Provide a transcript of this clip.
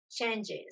changes